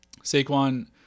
Saquon –